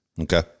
Okay